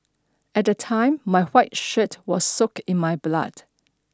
at the time my white shirt was soaked in my blood